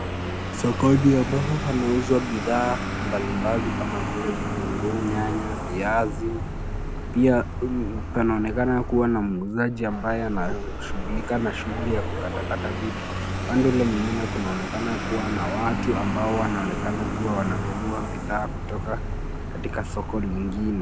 Sokoni ambapo panauzwa bidhaa mbalimbali kama vile vitunguu, nyanya, viazi, pia, panaonekana kuwa na muuzaji ambaye anashughulika na shughuli ya kukatakata vitu, pande ule mwingine kunaonekana kuwa na watu ambao wanaonekana kuwa wananua bidhaa kutoka katika soko lingine.